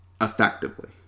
effectively